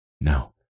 no